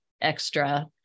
extra